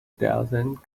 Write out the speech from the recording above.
thousand